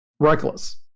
Reckless